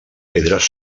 pedres